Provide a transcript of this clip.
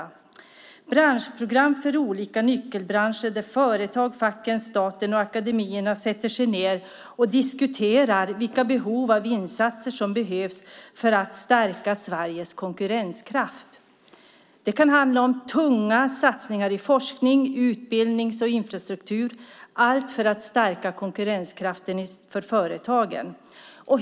Det är branschprogram för olika nyckelbranscher där företagen, facken, staten och akademierna sätter sig ned och diskuterar vilka behov av insatser som behövs för att stärka Sveriges konkurrenskraft. Det kan handla om tunga satsningar på forskning, utbildning och infrastruktur, allt för att stärka konkurrenskraften för företagen.